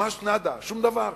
ממש נאדה, שום דבר.